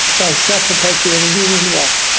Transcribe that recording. by self-perpetuating you mean what?